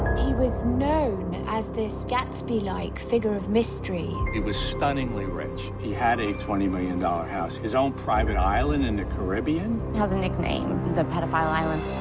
he was known as this gatsby-like figure of mystery. he was stunningly rich. he had a twenty million dollars house, his own private island in the caribbean, has a nickname the pedophile island.